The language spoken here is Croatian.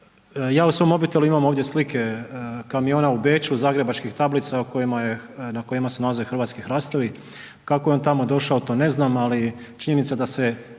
ja u svom mobitelu imam ovdje slike kamiona u Beču, zagrebačkih tablica na kojima se nalaze hrvatski hrastovi, kako je on tamo došao to ne znam ali činjenica da se